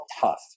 tough